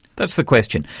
that's the question,